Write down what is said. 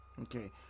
Okay